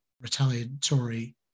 retaliatory